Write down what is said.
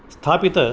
स्थापितं